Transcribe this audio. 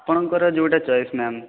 ଆପଣଙ୍କର ଯେଉଁଟା choice ma'am